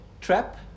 trap